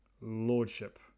lordship